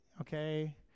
Okay